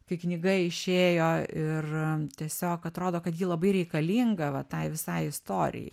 kai knyga išėjo ir tiesiog atrodo kad ji labai reikalinga va tai visai istorijai